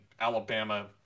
Alabama